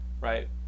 right